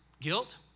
guilt